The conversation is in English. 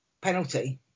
penalty